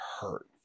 hurt